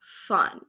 fun